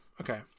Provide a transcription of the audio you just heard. Okay